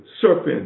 serpent